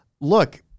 look